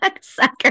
Sucker